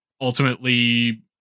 ultimately